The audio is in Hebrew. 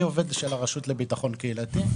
אני עובד הרשות לביטחון קהילתי.